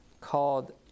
called